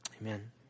Amen